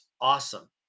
awesome